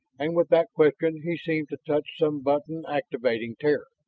and with that question he seemed to touch some button activating terror.